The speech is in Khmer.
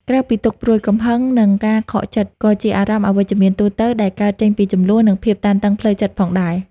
ក្រៅពីទុក្ខព្រួយ កំហឹង និងការខកចិត្ត ក៏ជាអារម្មណ៍អវិជ្ជមានទូទៅដែលកើតចេញពីជម្លោះ និងភាពតានតឹងផ្លូវចិត្តផងដែរ។